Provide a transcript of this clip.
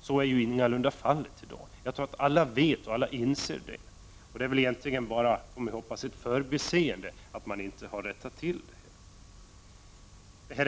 Så är ingalunda fallet i dag. Det tror jag att alla inser. Jag får hoppas att det är ett förbiseende att man inte har rättat till det här.